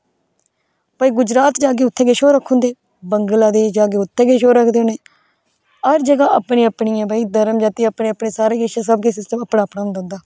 गुजरात जागे उत्थे किश और आक्खी ओड़दे बगलादेश जागे उत्थे किश और आक्खदे होने हर जगह अपने अपनियां भाई घर्म जाती अपने अपने सारा किश अग्गे सिस्टम अपना अपना होंदा उंदा